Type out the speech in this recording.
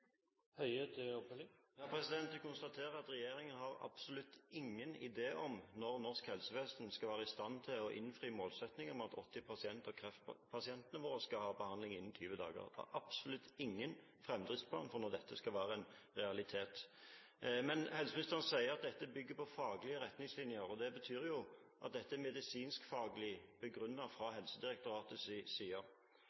Jeg konstaterer at regjeringen har absolutt ingen idé om når norsk helsevesen skal være i stand til å innfri målsettingen om at 80 pst. av kreftpasientene våre skal ha behandling innen 20 dager. En har absolutt ingen framdriftsplan for når dette skal være en realitet. Helseministeren sier at dette bygger på faglige retningslinjer. Det betyr jo at dette er medisinskfaglig begrunnet fra Helsedirektoratets side. Den forrige borgerlige regjeringen innførte individuelle medisinsk